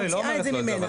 אבל היא לא אומרת לו את זה.